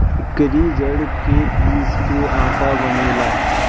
एकरी जड़ के पीस के आटा बनेला